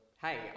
hey